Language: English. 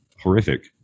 horrific